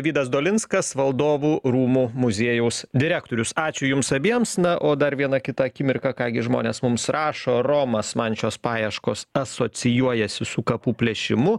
vydas dolinskas valdovų rūmų muziejaus direktorius ačiū jums abiems na o dar vieną kitą akimirką ką gi žmonės mums rašo romas man šios paieškos asocijuojasi su kapų plėšimu